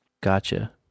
Gotcha